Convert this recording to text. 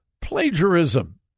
plagiarism